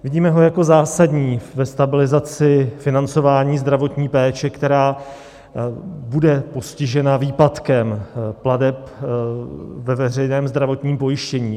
Vidíme ho jako zásadní ve stabilizaci financování zdravotní péče, která bude postižena výpadkem plateb ve veřejném zdravotním pojištění.